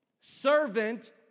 servant